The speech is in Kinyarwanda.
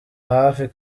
hafi